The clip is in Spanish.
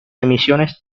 emisiones